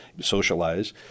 socialize